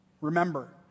Remember